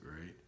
right